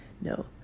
no